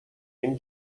این